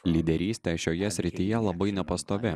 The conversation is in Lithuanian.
lyderystė šioje srityje labai nepastovi